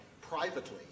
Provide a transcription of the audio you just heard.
privately